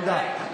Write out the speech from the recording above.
תודה.